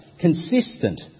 consistent